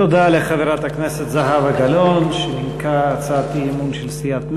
תודה לחברת הכנסת זהבה גלאון שנימקה הצעת אי-אמון של סיעת מרצ.